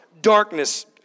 darkness